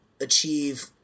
achieve –